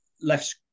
left